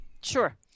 Sure